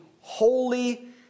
holy